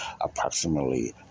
approximately